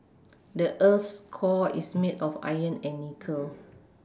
the earth's core is made of iron and nickel